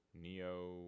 neo-